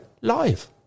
Live